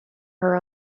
her